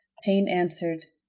paine answered